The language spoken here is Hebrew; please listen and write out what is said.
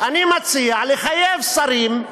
אני מציע לחייב שרים,